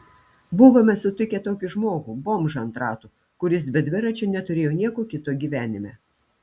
buvome sutikę tokį žmogų bomžą ant ratų kuris be dviračio neturėjo nieko kito gyvenime